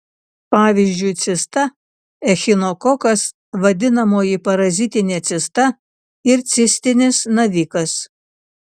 pavyzdžiui cista echinokokas vadinamoji parazitinė cista ir cistinis navikas